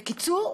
בקיצור,